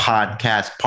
Podcast